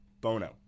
Bono